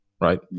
Right